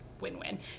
win-win